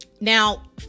Now